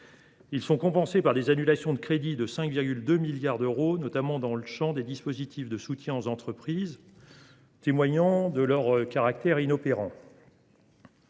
sont compensés par des annulations de crédits de 5,2 milliards d’euros, notamment dans le champ des dispositifs de soutien aux entreprises, ce qui atteste du caractère inopérant